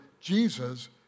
Jesus